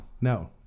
no